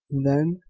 then,